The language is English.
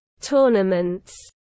tournaments